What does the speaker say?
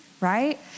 right